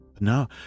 No